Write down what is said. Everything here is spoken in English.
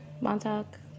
montauk